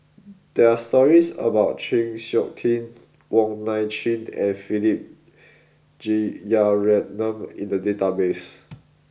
there are stories about Chng Seok Tin Wong Nai Chin and Philip Jeyaretnam in the database